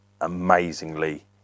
Amazingly